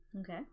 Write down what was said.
Okay